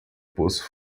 poço